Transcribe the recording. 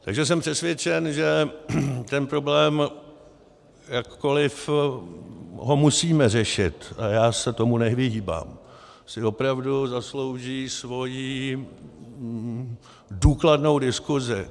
Takže jsem přesvědčen, že ten problém, jakkoli ho musíme řešit, a já se tomu nevyhýbám, si opravdu zaslouží svoji důkladnou diskuzi.